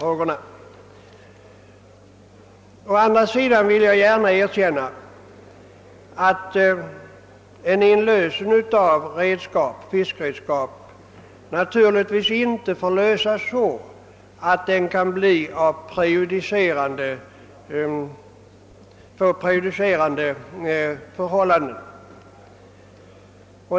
Å andra sidan vill jag gärna erkänna att en inlösen av fiskredskap inte bör göras sådan, att den får prejudicerande verkan.